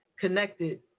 connected